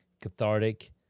cathartic